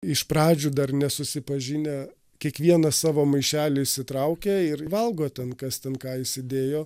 iš pradžių dar nesusipažinę kiekvieną savo maišelį išsitraukia ir valgo ten kas ten ką įsidėjo